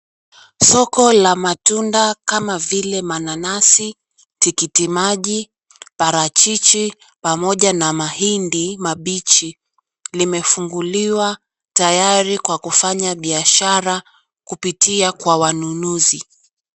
Soko la matunda kama vile mananasi, tikiti maji, parachichi pamoja na mahindi mambichi. Limefunguliwa, tayari kwa kufanya biashara kupitia kwa wanunuzi.